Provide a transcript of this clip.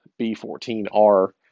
B14R